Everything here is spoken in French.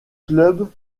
clubs